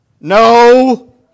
No